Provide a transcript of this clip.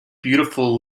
beautiful